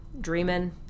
dreaming